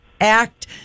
act